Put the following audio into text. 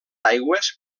aigües